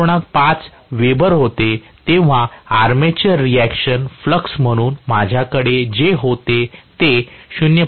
5 weber होते तेव्हा armature reaction flux म्हणून माझ्याकडे जे होते ते 0